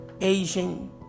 Asian